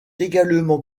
également